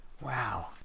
Wow